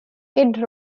kid